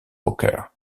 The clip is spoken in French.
poker